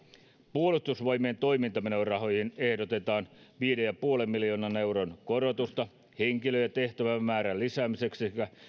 puolustusvoimien toimintamenomäärärahoihin ehdotetaan viiden pilkku viiden miljoonan euron korotusta henkilö ja tehtävämäärän lisäämiseksi sekä